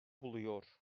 buluyor